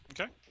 Okay